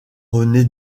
rené